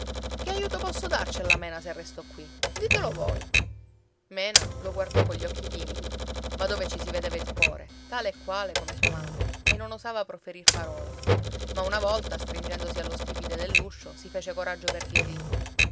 che aiuto posso darci alla mena se resto qui ditelo voi mena lo guardò cogli occhi timidi ma dove ci si vedeva il cuore tale e quale come sua madre e non osava proferir parola ma una volta stringendosi allo stipite dell'uscio si fece coraggio per dirgli